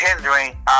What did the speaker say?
hindering